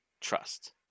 Trust